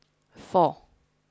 four